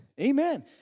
Amen